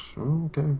okay